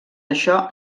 això